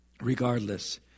Regardless